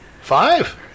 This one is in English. five